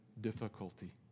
difficulty